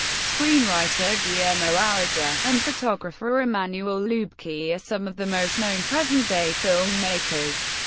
screenwriter guillermo arriaga and photographer emmanuel lubezki are some of the most known present-day film makers.